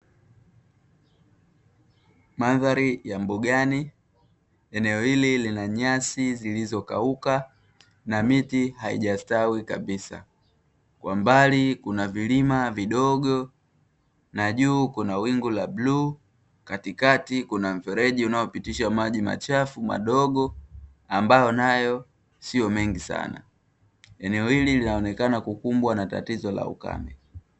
Mandhari ya mbugani eneo hili lina nyasi zilizokauka na miti haijastawi kabisa, kwa mbali kuna vilima vidogo na juu kuna wingu la bluu, katikati kuna mfereji unaopitisha maji machafu madogo ambayo nayo sio mengi sana. Eneo hili linaonekana kukubwa na tatizo la ukame.